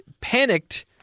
panicked